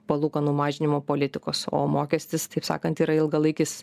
palūkanų mažinimo politikos o mokestis taip sakant yra ilgalaikis